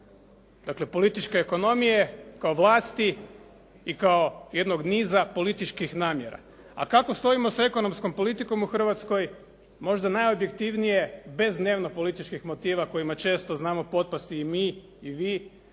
Dakle, političke ekonomije kao vlasti i kao jednog niza političkih namjera, a kako stojimo sa ekonomskom politikom u Hrvatskoj, možda najobjektivnije bez dnevno političkih motiva kojima često znamo potpasti i mi i vi,